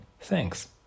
Thanks